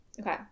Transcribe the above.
Okay